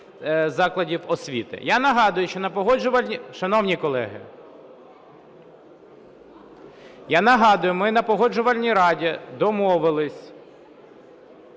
я нагадую, ми на Погоджувальній раді домовились,